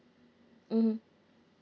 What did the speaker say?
mmhmm